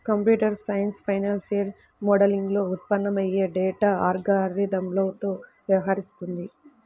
computer science financial మోడలింగ్లో ఉత్పన్నమయ్యే data అల్గారిథమ్లతో వ్యవహరిస్తుంది